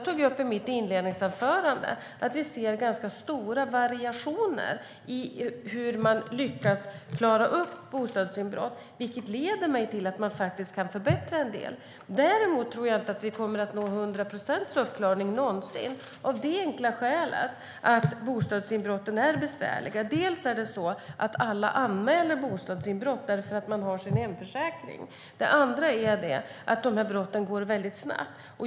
I mitt inledningsanförande tog jag upp att vi ser ganska stora variationer i hur man lyckas klara upp bostadsinbrott, vilket leder mig till att man faktiskt kan förbättra en del. Däremot tror jag inte att vi någonsin kommer att nå 100 procents uppklaring, av det enkla skälet att bostadsinbrotten är besvärliga. Dels anmäler alla bostadsinbrott därför att man har sin hemförsäkring, dels går dessa brott mycket snabbt.